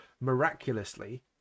miraculously